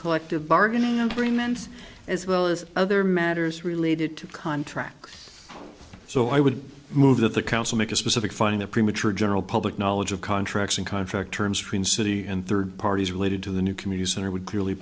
collective bargaining agreements as well as other matters related to contracts so i would move that the council make a specific finding a premature general public knowledge of contracts and contract terms for in city and third parties related to the new community center would clearly